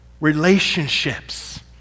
Relationships